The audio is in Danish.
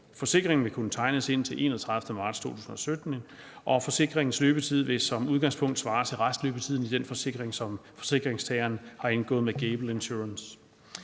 Forsikringen vil kunne tegnes indtil 31. marts 2017, og forsikringens løbetid vil som udgangspunkt svare til restløbetiden i den forsikring, som forsikringstageren har indgået med Gable Insurance.